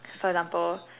for example